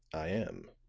i am.